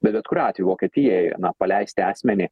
bet bet kuriuo vokietijai na paleisti asmenį